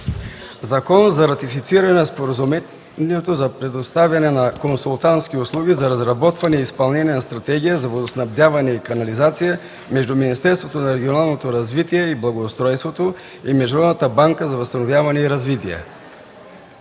„ЗАКОН за ратифициране на Споразумението за предоставяне на консултантски услуги за разработване и изпълнение на стратегия за водоснабдяване и канализация между Министерството на регионалното развитие и благоустройството и Международната банка за възстановяване и развитие